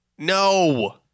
No